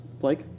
Blake